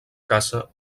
caça